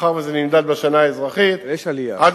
מאחר שזה נמדד בשנה האזרחית, עד